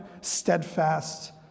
steadfast